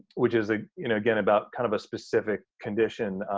which is ah you know again about kind of a specific condition.